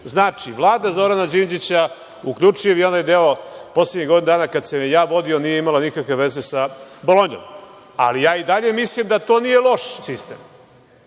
Znači, Vlada Zorana Đinđića u koju uključujem i onaj deo poslednjih godinu dana kada sam je ja vodio da nije imala nikakve veze sa Bolonjom, ali i dalje mislim da to nije loš sistem.